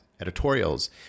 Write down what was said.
editorials